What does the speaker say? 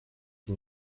qui